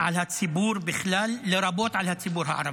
על הציבור בכלל, לרבות על הציבור הערבי.